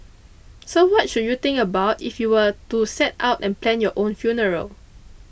so what should you think about if you were to set out and plan your own funeral